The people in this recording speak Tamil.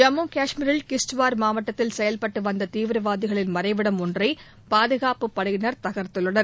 ஜம்மு கஷ்மீரில் கிஸ்துவார் மாவட்டத்தில் செயல்பட்டு வந்த தீவிரவாதிகளின் மறைவிடம் ஒன்றை பாதுகாப்பு படையினர் தகர்த்துள்ளனர்